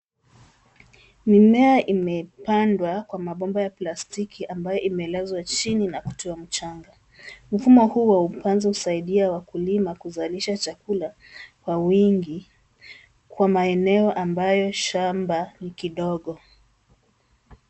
Mimea imepandwa kwa mabomba ya plastiki ambayo imelazwa chini na kutiwa mchanga. Mfumo huu wa upanzi husaidia wakulima kuzalisha chakula kwa wingi kwa maeneo ambayo shamba ni kidogo.